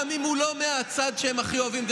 גם אם הוא לא מהצד שהם הכי אוהבים,